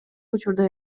учурда